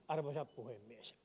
arvoisa puhemies